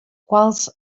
quals